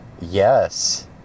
Yes